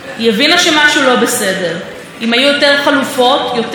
יותר מקלטים איכותיים לנשים שמנסות להימלט ממערכת